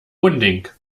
unding